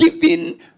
giving